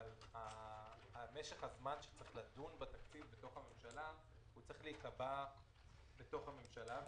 אבל משך הזמן שצריך לדון בתקציב בתוך הממשלה צריך להיקבע בתוך הממשלה,